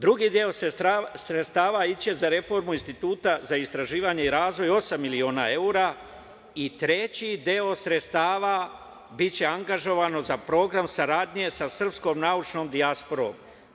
Drugi deo sredstava ići će za reformu Instituta za istraživanje i razvoj, osam miliona evra i treći deo sredstava biće angažovano za program saradnje sa srpskom naučnom dijasporom.